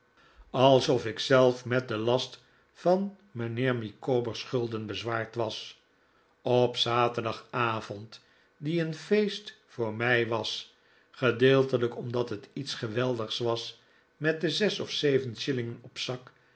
alsof ik zelf met den last van mijnheer micawber's schulden bezwaard was op zaterdc'gavond die een feest voor mij was gedehelijk omdat het iets geweldigs was met de zes of zeven shillingeri op zak